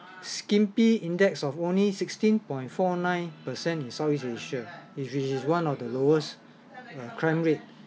skimpy index of only sixteen point four nine percent in southeast asia is which is one of the lowest crime rate